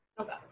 Okay